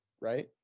right